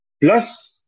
Plus